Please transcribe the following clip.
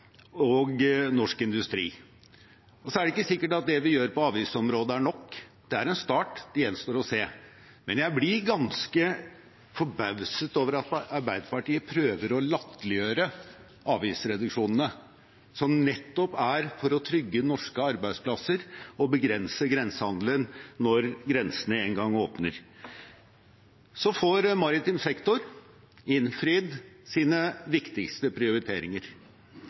og norsk industri. Så er det ikke sikkert at det vi gjør på avgiftsområdet, er nok. Det er en start. Det gjenstår å se, men jeg blir ganske forbauset over at Arbeiderpartiet prøver å latterliggjøre avgiftsreduksjonene – som nettopp er for å trygge norske arbeidsplasser og begrense grensehandelen når grensene en gang åpner. Maritim sektor får innfridd sine viktigste prioriteringer.